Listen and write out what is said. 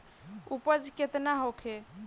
उपज केतना होखे?